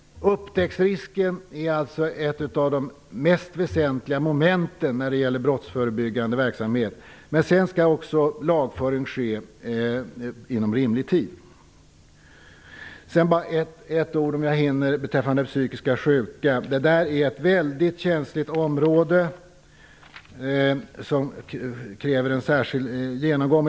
Upptäcktsrisken är något av det mest väsentliga när det gäller den brottsförebyggande verksamheten. Dessutom skall lagföring ske inom rimlig tid. Om jag hinner skall jag säga några ord om psykiskt sjuka. Det är ett mycket känsligt område som kräver en särskild genomgång.